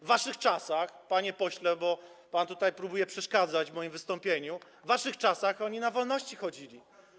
W waszych czasach, panie pośle, bo pan tutaj próbuje przeszkadzać w moim wystąpieniu, w waszych czasach oni na wolności chodzili.